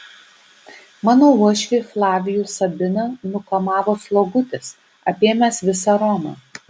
mano uošvį flavijų sabiną nukamavo slogutis apėmęs visą romą